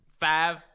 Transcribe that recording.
five